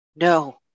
No